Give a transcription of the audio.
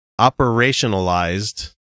Operationalized